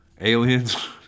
aliens